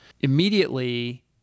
Immediately